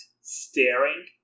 staring